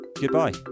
Goodbye